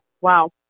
Wow